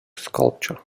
sculpture